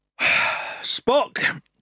Spock